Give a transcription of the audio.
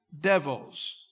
devils